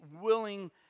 willing